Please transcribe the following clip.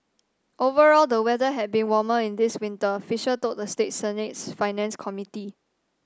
overall the weather has been warmer in this winter fisher told the state Senate's Finance Committee